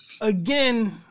again